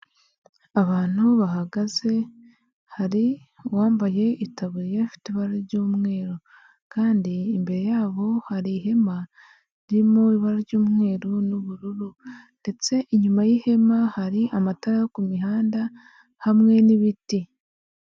Abantu bahagaze hari uwambaye itaburiya ifite ibara ry'umweru kandi imbere y'abo hari ihema ririmo ibara ry'umweru n'ubururu ndetse inyuma y'ihema hari amatara ku mihanda hamwe n'ibiti.